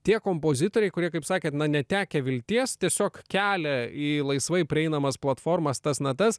tie kompozitoriai kurie kaip sakėt na netekę vilties tiesiog kelia į laisvai prieinamas platformas tas natas